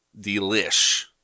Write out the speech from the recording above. delish